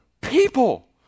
people